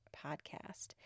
podcast